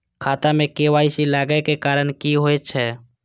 खाता मे के.वाई.सी लागै के कारण की होय छै?